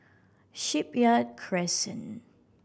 Shipyard Crescent